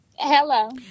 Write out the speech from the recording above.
Hello